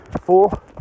Four